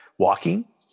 Walking